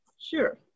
sure